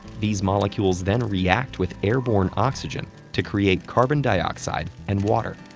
these molecules then react with airborne oxygen to create carbon dioxide and water.